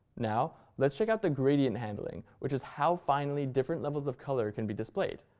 now let's check out the gradient handling, which is how finely different levels of color can be displayed.